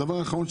דבר אחרון,